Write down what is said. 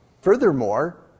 Furthermore